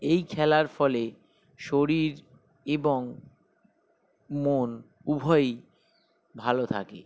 এই খেলার ফলে শরীর এবং মন উভয়ই ভালো থাকে